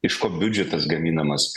iš ko biudžetas gaminamas